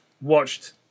watched